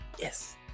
Yes